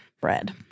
bread